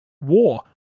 war